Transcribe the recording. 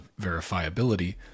verifiability